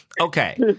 okay